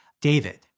David